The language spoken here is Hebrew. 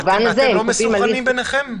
ואז לא --- אתם לא מסונכרנים ביניכם?